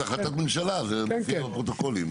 זה החלטת ממשלה, זה מופיע בפרוטוקולים.